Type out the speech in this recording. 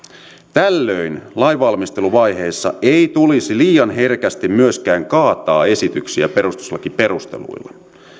tällöin lainvalmisteluvaiheessa ei tulisi liian herkästi myöskään kaataa esityksiä perustuslakiperusteluilla